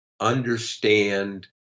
understand